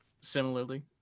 similarly